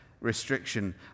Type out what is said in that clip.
restriction